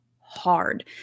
hard